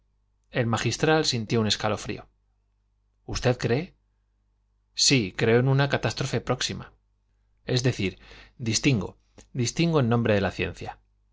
el magistral sintió un escalofrío usted cree sí creo en una catástrofe próxima es decir distingo distingo en nombre de la ciencia